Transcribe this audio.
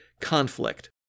conflict